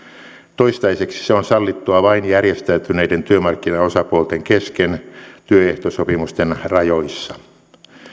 toistaiseksi se on sallittua vain järjestäytyneiden työmarkkinaosapuolten kesken työehtosopimusten rajoissa